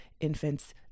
Infants